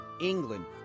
England